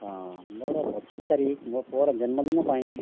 ହଁ ମୋର ପଚିଶ ତାରିଖ ମୋ ପୁଅର ଜନ୍ମଦିନ ପାଇଁ